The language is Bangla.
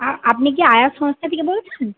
আর আপনি কি আয়া সংস্থা থেকে বলছেন